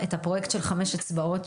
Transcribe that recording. בגרף הקו השחור אלה בנות והמקווקו זה בנים.